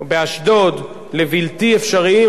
באשדוד, לבלתי אפשריים.